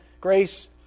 grace